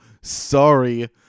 Sorry